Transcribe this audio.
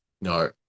no